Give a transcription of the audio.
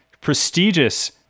prestigious